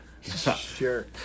Sure